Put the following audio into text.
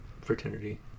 fraternity